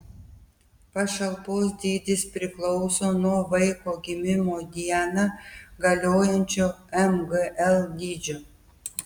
pašalpos dydis priklauso nuo vaiko gimimo dieną galiojančio mgl dydžio